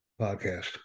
podcast